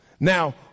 Now